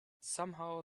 somehow